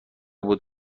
بود